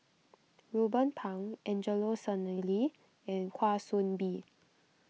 Ruben Pang Angelo Sanelli and Kwa Soon Bee